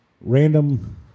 Random